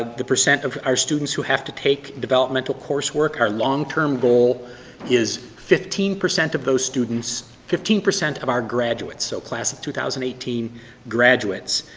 the percent of our students who have to take developmental coursework. our long term goal is fifteen percent of those students, fifteen percent of our graduates, so class of two thousand and eighteen graduates,